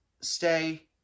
stay